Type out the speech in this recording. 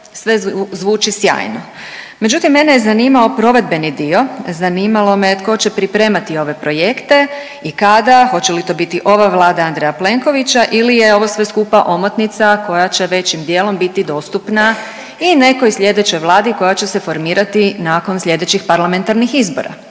sve zvuči sjajno, međutim mene je zanimao provedbeni dio, zanimalo me tko će pripremati ove projekte i kada hoće li to biti ova Vlada Andreja Plenkovića ili je ovo sve skupa omotnica koja će većim dijelom biti dostupna i nekoj sljedećoj Vladi koja će se formirati nakon sljedećih parlamentarnih izbora,